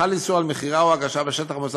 חל איסור על מכירה או הגשה בשטח המוסד